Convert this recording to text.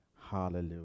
Hallelujah